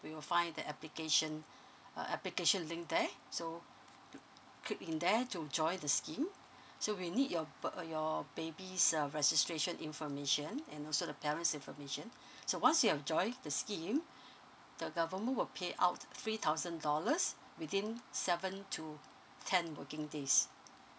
you'll find the application uh application link there so uh click link there to join the scheme so we need your b~ err your baby's uh registration information and also the parents information so once you have joined the scheme the government will pay out three thousand dollars within seven to ten working days